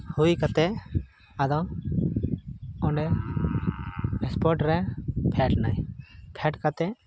ᱦᱩᱭ ᱠᱟᱛᱮᱫ ᱟᱫᱚ ᱚᱸᱰᱮ ᱥᱯᱳᱨᱴ ᱨᱮ ᱯᱷᱮᱰ ᱱᱟᱹᱧ ᱯᱷᱮᱰ ᱠᱟᱛᱮᱫ